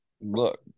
look